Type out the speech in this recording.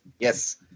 Yes